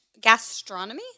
Gastronomy